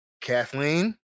Kathleen